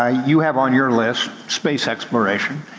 ah you have on your list space exploration.